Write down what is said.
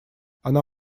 она